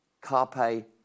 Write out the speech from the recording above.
carpe